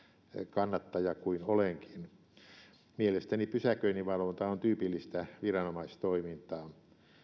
kannattaja kuin olenkin mielestäni pysäköinninvalvonta on tyypillistä viranomaistoimintaa